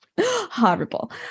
Horrible